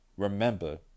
Remember